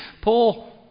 Paul